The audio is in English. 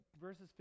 verses